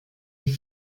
die